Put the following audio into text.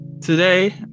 Today